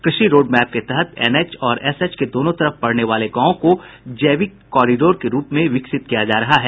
कृषि road map के तहत एनएच और एसएच के दोनों तरफ पड़ने वाले गांवों को जैविक कोरिडोर के रूप में विकसित किया जा रहा है